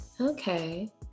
okay